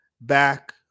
back